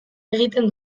egiten